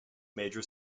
major